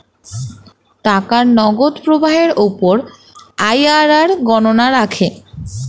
টাকার নগদ প্রবাহের উপর আইআরআর গণনা রাখে